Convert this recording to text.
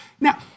Now